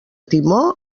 timó